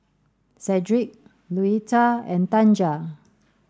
Sedrick Louetta and Tanja